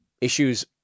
Issues